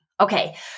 Okay